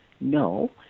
no